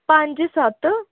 पंज सत्त